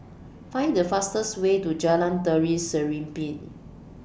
Find The fastest Way to Jalan Tari Serimpi